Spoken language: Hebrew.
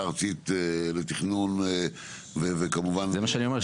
הארצית לתכנון --- זה מה שאני אומר,